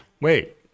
Wait